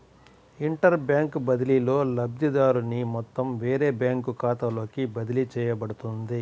inter bank బదిలీలో, లబ్ధిదారుని మొత్తం వేరే బ్యాంకు ఖాతాలోకి బదిలీ చేయబడుతుంది